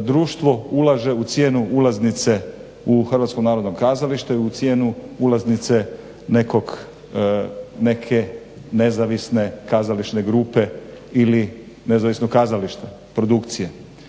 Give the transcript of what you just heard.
društvo ulaže u cijenu ulaznice u HNK, u cijenu ulaznice neke nezavisne kazališne grupe ili nezavisne kazališne produkcije.